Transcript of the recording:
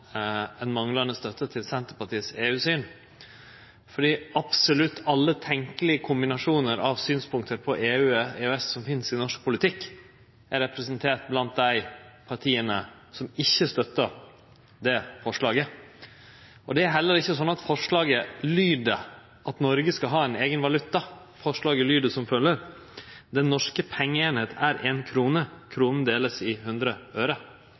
ein stor feil dersom han tolkar den manglande støtta til det forslaget som manglande støtte til Senterpartiets EU-syn, fordi absolutt alle tenkjelege kombinasjonar av synspunkt på EU/EØS som finst i norsk politikk, er representerte blant dei partia som ikkje støttar det forslaget. Og det er heller ikkje sånn at forslaget lyder at Noreg skal ha ein eigen valuta. Forslaget lyder slik: «Den norske pengeeininga er ei krone. Krona er delt i hundre øre.»